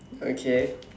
okay